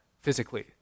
physically